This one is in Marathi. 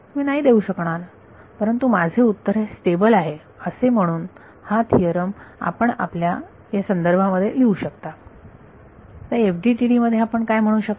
तुम्ही नाही देऊ शकणार परंतु माझे उत्तर हे स्टेबल आहे असे म्हणून हा थिअरम आपण आपल्या या संदर्भामध्ये लिहू शकता FTDT मध्ये आपण काय म्हणू शकाल